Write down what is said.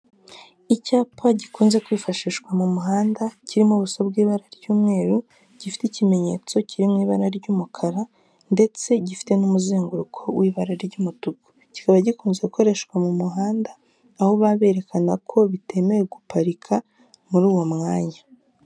Icyapa gikunze kwifashishwa mu muhanda kirimo ubuso bw'ibara ry'umweru, gifite ikimenyetso kiri mu ibara ry'umukara ndetse gifite n'umuzenguruko w'ibara ry'umutuku, kikaba gikunze gukoreshwa mu muhanda aho baba berekana ko bitemewe guparika muri uwo mwanya.